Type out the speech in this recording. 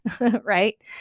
right